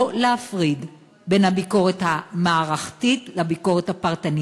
להפריד בין הביקורת המערכתית לביקורת הפרטנית.